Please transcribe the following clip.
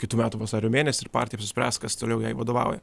kitų metų vasario mėnesį ir partija nuspręs kas toliau jai vadovauja